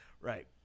Right